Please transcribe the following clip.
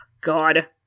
God